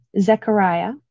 Zechariah